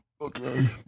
Okay